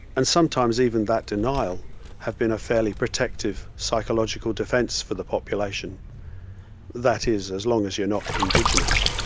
and sometimes even that denial have been a fairly protective psychological defense for the population that is as long as you're not indigenous.